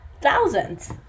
Thousands